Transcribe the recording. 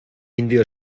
indio